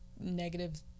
negative